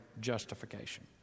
justification